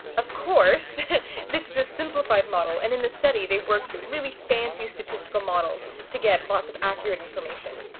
of course this is a simplified model and in the study they worked with really fancy statistical models to get lots of accurate information.